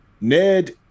Ned